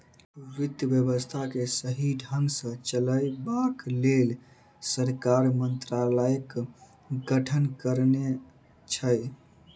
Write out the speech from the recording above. वित्त व्यवस्था के सही ढंग सॅ चलयबाक लेल सरकार मंत्रालयक गठन करने छै